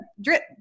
drip